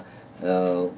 uh